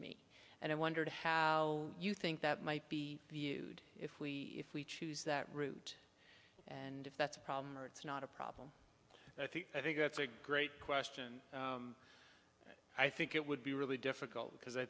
me and i wondered how you think that might be viewed if we if we choose that route and if that's a problem or it's not a problem i think it's a great question i think it would be really difficult because i